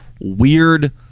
weird